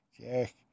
Jack